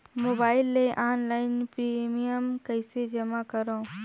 Mobile ले online premium कइसे जमा करों?